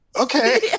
okay